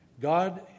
God